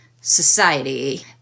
society